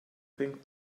think